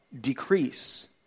decrease